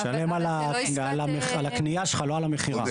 אתה משלם על הקנייה שלך, לא על המכירה.